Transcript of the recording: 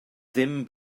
ddim